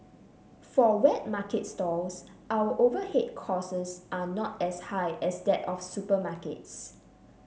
for wet market stalls our overhead costs are not as high as that of supermarkets